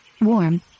Warm